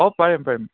অঁ পাৰিম পাৰিম